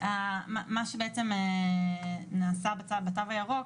מה שבעצם נעשה בתו הירוק,